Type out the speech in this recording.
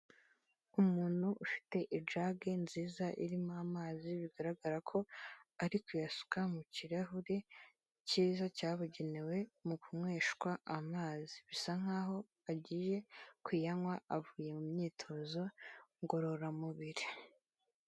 Umuntu ufite ijage nziza irimo amazi bigaragara ko ari kuyasuka mu kirahure cyiza cyabugenewe mu kunyweshwa amazi, bisa nk'aho agiye kuyanywa avuye mu myitozo ngororamubiri.